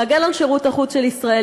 להגן על שירות החוץ של ישראל,